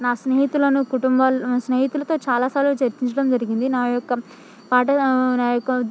నా స్నేహితులను కుటుంబ నా స్నేహితులతో చాలా సార్లు చర్చించడం జరిగింది నా యొక్క పాట నా యొక్క